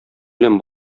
белән